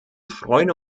freuen